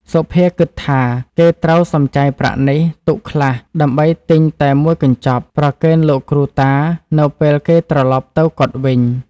សុភាគិតថាគេត្រូវសំចៃប្រាក់នេះ ទុកខ្លះដើម្បីទិញតែមួយកញ្ចប់ ប្រគេនលោកគ្រូតានៅពេលគេត្រឡប់ ទៅកុដិវិញ ។